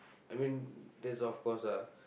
I mean that's of course ah